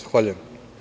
Zahvaljujem.